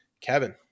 Kevin